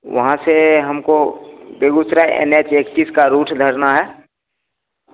वहाँ से हमको बेगुसराय एन एच एकत्तीस का रूट धरना है